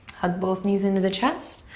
hug both knees into the chest.